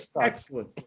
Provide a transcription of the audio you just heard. excellent